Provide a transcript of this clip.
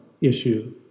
issue